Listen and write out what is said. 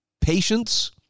patience